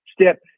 step